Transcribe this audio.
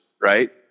Right